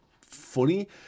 funny